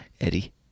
Eddie